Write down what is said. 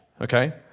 Okay